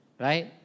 right